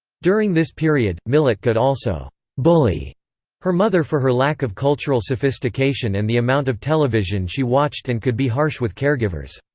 during this period, millett could also bully her mother for her lack of cultural sophistication and the amount of television she watched and could be harsh with caregivers.